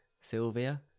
Sylvia